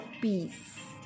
peace